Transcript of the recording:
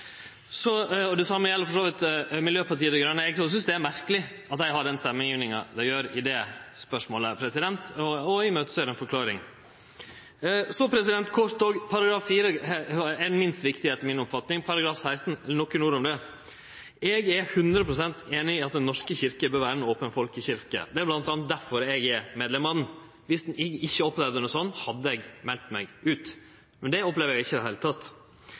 Det same gjeld for så vidt for Miljøpartiet Dei Grøne. Eg synes det er merkeleg at dei har den stemmegjevinga dei har i dette spørsmålet, og eg ser i møte ei forklaring. Så kort: § 4 er etter mi oppfatning minst viktig. Og nokre ord om § 16: Eg er hundre prosent einig i at Den norske kyrkja bør vere ei open folkekyrkje. Det er bl.a. difor eg er medlem. Viss eg ikkje hadde opplevt det slik, hadde eg meldt meg ut. Men slik opplever eg det ikkje i det